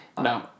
No